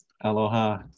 Aloha